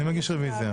אני מגיש רביזיה.